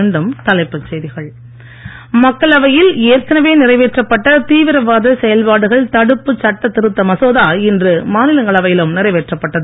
மீண்டும் தலைப்புச் செய்திகள் மக்களவையில் ஏற்கனவே நிறைவேற்றப்பட்ட தீவிரவாத செயல்பாடுகள் தடுப்பு மாநிலங்களவையிலும் நிறைவேற்றப்பட்டது